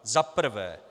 Za prvé.